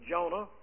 Jonah